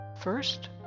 First